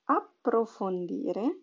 approfondire